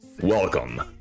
welcome